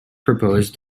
proposed